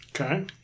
Okay